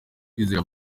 kwizera